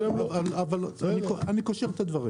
אבל אני קושר את הדברים.